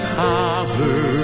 cover